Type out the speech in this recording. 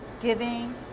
giving